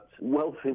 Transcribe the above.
wealthy